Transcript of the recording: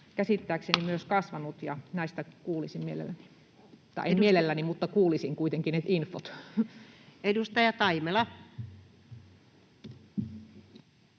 käsittääkseni kasvanut. Näistä kuulisin mielelläni — tai en mielelläni, mutta haluaisin kuulla kuitenkin ne infot. Edustaja Taimela.